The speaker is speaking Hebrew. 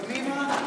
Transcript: קדימה,